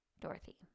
dorothy